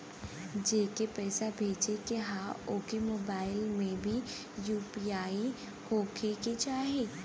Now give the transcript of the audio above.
जेके पैसा भेजे के ह ओकरे मोबाइल मे भी यू.पी.आई होखे के चाही?